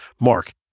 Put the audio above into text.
Mark